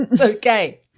okay